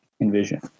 envision